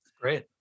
Great